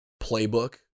playbook